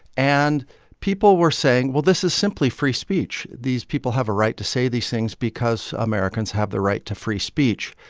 and people were saying, well, this is simply free speech. these people have a right to say these things because americans have the right to free speech.